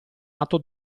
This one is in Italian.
atto